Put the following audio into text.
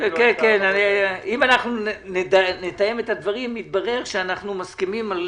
אם אנחנו נתאם את הדברים, יתברר שאנחנו מסכימים.